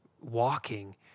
walking